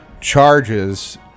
charges